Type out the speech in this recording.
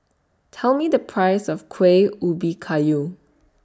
Tell Me The Price of Kueh Ubi Kayu